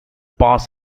pass